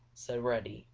said reddy,